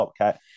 Topcat